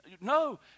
No